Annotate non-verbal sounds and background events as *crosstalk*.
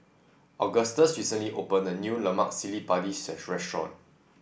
Agustus recently opened a new Lemak Cili Padi *unintelligible* restaurant